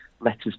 letters